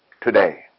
today